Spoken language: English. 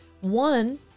One